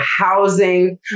housing